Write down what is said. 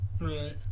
Right